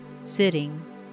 sitting